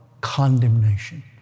condemnation